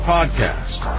Podcast